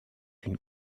une